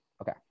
Okay